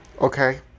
Okay